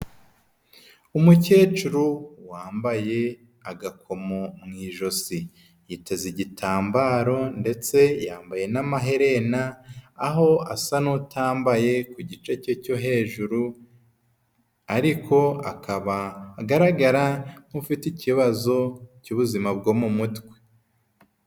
Umukecuru wambaye agakomo mu ijosi. Yiteze igitambaro ndetse yambaye n'amaherena, aho asa n'utambaye ku gice cye cyo hejuru, ariko akaba agaragara nk'ufite ikibazo cy'ubuzima bwo mu mutwe.